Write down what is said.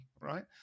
right